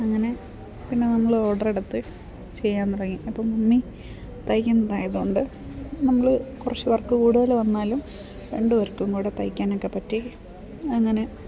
അങ്ങനെ പിന്നെ നമ്മൾ ഓഡറ് എടുത്ത് ചെയ്യാൻ തുടങ്ങി അപ്പം മമ്മി തയ്ക്കുന്നതായത് കൊണ്ട് നമ്മൾ കുറച്ച് വർക്ക് കൂടുതൽ വന്നാലും രണ്ട് പേർക്കും കൂടെ തയ്ക്കാനൊക്കെ പറ്റി അങ്ങനെ